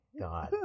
God